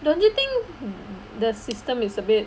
don't you think the system is a bit